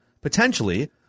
Potentially